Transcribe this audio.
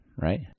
right